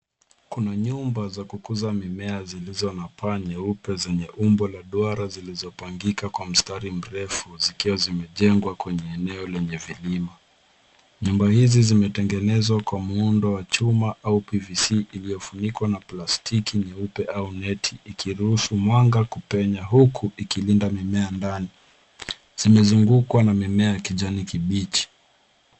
Kuna nyumba za kukuza mimea zilizo na paa nyeupe zenye umbo la duara zilizopangika kwa mstari mrefu zikiwa zimejengwa kwenye eneo lenye vilima. Nyumba hizi zimetengenezwa kwa muundo wa chuma au PVC iliyofunikwa na plastiki nyeupe au neti ikiruhusu mwanga kupenya huku ikilinda mimea ndani. Zimezungukwa na mimea ya kijani kibichi.